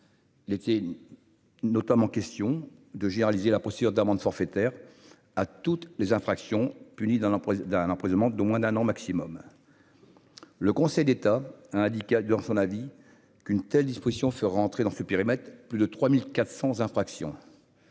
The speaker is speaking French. Il était notamment question de généraliser la procédure d'amende forfaitaire à toutes les infractions punies dans d'un emprisonnement d'au moins d'un an maximum, le Conseil d'État a indiqué dans son avis qu'une telle disposition, ce rentrer dans ce périmètre, plus de 3400 infractions,